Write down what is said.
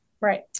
right